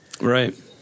Right